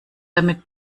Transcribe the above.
damit